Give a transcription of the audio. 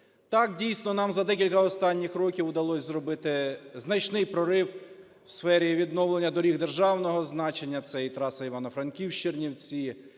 Так, дійсно, нам за декілька останніх років вдалось зробити значний прорив у сфері відновлення доріг державного значення. Це і траса Івано-Франківськ – Чернівці,